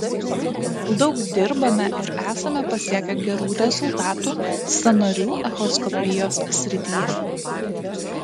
daug dirbame ir esame pasiekę gerų rezultatų sąnarių echoskopijos srityje